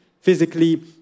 physically